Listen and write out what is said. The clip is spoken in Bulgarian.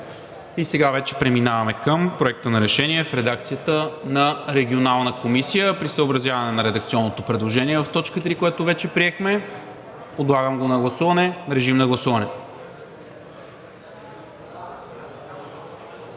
не е прието. Преминаваме към Проекта на решение в редакцията на Регионалната комисия при съобразяване на редакционното предложение в т. 3, което вече приехме – подлагам го на гласуване. Гласували